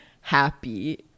happy